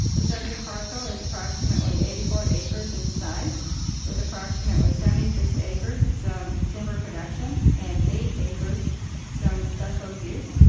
the subject parcel is approximately eighty four acres in size with approximately seventy six acres zoned timber production and eight acres so zoned special use,